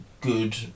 good